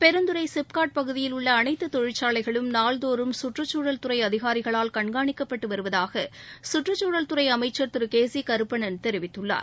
பெருந்துறை சிப்காட் பகுதியில் உள்ள அனைத்து தொழிற்சாலைகளும் நாள்தோறம் சுற்றச்சூழல் துறை அதிகாரிகளால் கண்காணிக்கப்பட்டு வருவதாக சுற்றுச்சூழல் துறை அமைச்சர் திரு கே சி கருப்பணன் தெரிவித்துள்ளார்